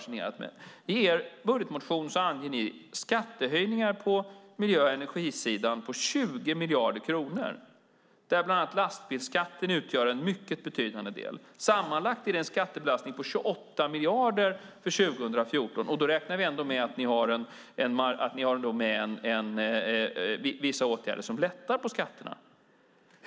I er budgetmotion anger ni skattehöjningar på miljö och energisidan på 20 miljarder kronor, där bland annat lastbilsskatten utgör en mycket betydande del. Sammanlagt är det en skattebelastning på 28 miljarder för 2014. Då räknar vi ändå med att ni har med vissa åtgärder som lättar på skatterna.